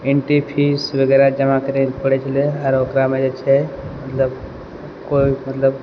entry fee वगैरह जमा करय लए पड़य छलै आओर ओकरामे जे छै मतलब कोइ मतलब